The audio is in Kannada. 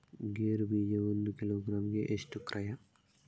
ಗೇರು ಬೀಜ ಒಂದು ಕಿಲೋಗ್ರಾಂ ಗೆ ಎಷ್ಟು ಕ್ರಯ?